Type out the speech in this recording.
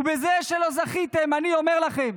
ובזה שלא זכיתם, אני אומר לכם,